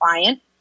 client